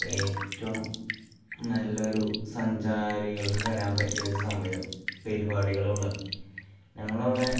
ഏറ്റവും നല്ല ഒരു സഞ്ചാരികള്ക്ക് വരാന് പറ്റിയ ഒരു സമയം പരിപാടികൾ ഉള്ളത് ഞങ്ങളുടെ ഇവിടെ